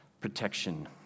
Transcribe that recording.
protection